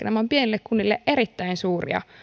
nämä ovat pienille kunnille erittäin suuria